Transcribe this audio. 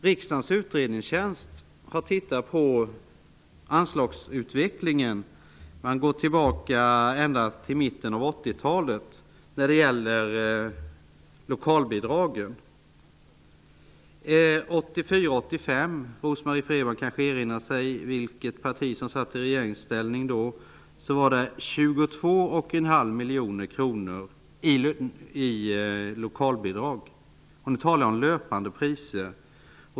Riksdagens utredningstjänst har tittat på utvecklingen av anslagen. De har gått tillbaka till mitten av 80-talet i fråga om lokalbidragen. Rose Marie Frebran kanske erinrar sig vilket parti som satt i regeringsställning 1984/85. Då var det 22,5 miljoner kronor som gavs i lokalbidrag. Hon talar om löpande priser.